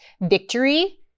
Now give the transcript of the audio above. victory